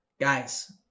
guys